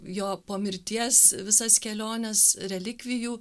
jo po mirties visas keliones relikvijų